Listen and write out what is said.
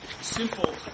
simple